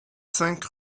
cinq